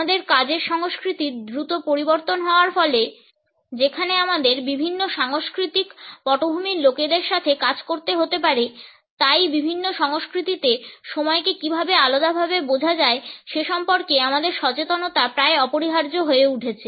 আমাদের কাজের সংস্কৃতির দ্রুত পরিবর্তন হওয়ার ফলে যেখানে আমাদের বিভিন্ন সাংস্কৃতিক পটভূমির লোকেদের সাথে কাজ করতে হতে পারে তাই বিভিন্ন সংস্কৃতিতে সময়কে কীভাবে আলাদাভাবে বোঝা যায় সে সম্পর্কে আমাদের সচেতনতা প্রায় অপরিহার্য হয়ে উঠেছে